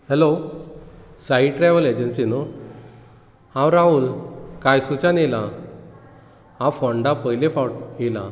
hello Sai travel agency न्हू हांव राहूल कायसूच्यान येला हांव फोंडा पयले फावट येला